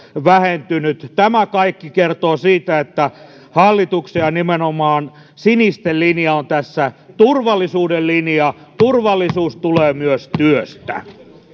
vähentynyt tämä kaikki kertoo siitä että hallituksen ja nimenomaan sinisten linja on tässä turvallisuuden linja turvallisuus tulee myös työstä